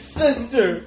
sister